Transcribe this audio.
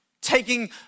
Taking